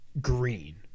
green